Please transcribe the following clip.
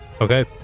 Okay